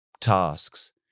tasks